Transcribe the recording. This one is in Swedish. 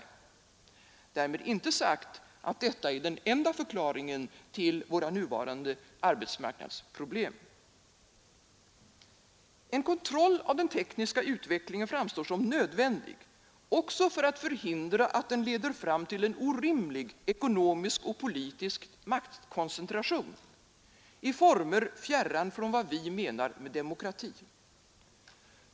Därmed inte sagt att detta är den enda förklaringen till våra nuvarande arbetsmarknadsproblem. En kontroll av den tekniska utvecklingen framstår som nödvändig, också för att förhindra att den leder fram till en orimlig ekonomisk och politisk maktkoncentration, i former fjärran från vad vi menar med demokrati.